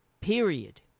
Period